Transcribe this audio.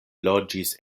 loĝis